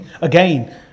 Again